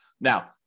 Now